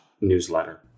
newsletter